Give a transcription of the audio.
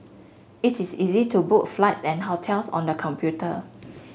it is easy to book flights and hotels on the computer